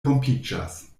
rompiĝas